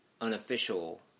unofficial